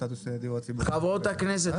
חברות הכנסת,